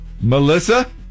Melissa